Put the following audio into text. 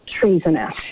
treasonous